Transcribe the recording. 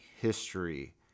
history